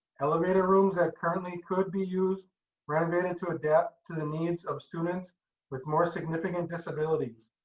elevator rooms that currently could be used renovated to adapt to the needs of students with more significant disabilities.